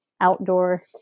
outdoor